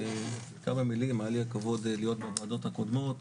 היה לי הכבוד להיות בוועדות הקודמות,